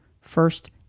first